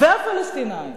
והפלסטינים,